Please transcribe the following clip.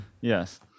yes